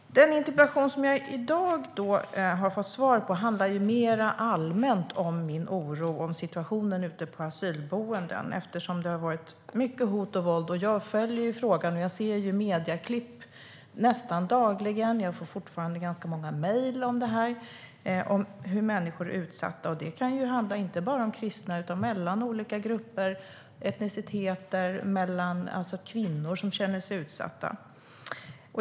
Den interpellation som jag har fått svar på i dag handlar mer allmänt om min oro över situationen ute på asylboendena, eftersom det har varit mycket hot och våld. Jag följer frågan och ser medieklipp nästan dagligen, och jag får fortfarande många mejl om hur människor är utsatta. Det handlar inte bara om kristna utan om mellan olika grupper och etniciteter och om kvinnor som känner sig utsatta.